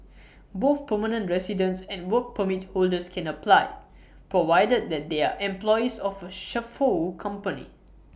both permanent residents and Work Permit holders can apply provided that they are employees of A chauffeur company